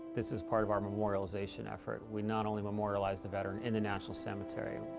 this is part of our memorialization effort we not only memorialize the veteran in the national cemetery,